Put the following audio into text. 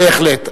בהחלט.